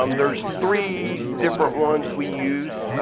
um there's three different ones we use.